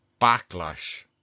backlash